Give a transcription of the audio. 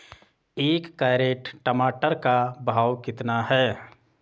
एक कैरेट टमाटर का भाव कितना है?